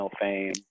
fame